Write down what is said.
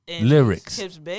Lyrics